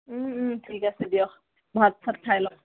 ঠিক আছে দিয়ক ভাত চাত খাই লওক